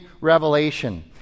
Revelation